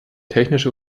technische